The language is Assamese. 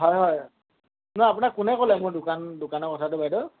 হয় হয় নহয় আপোনাক কোনে ক'লে মোৰ দোকান দোকানৰ কথাটো বাইদেউ